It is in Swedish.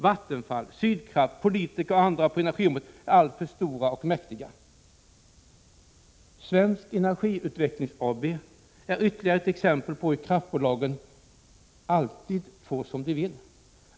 Vattenfall, Sydkraft, politiker och andra på energiområdet är alltför stora och mäktiga.” Svensk Energiutveckling AB är ytterligare ett exempel på hur kraftbolagen alltid får som de vill.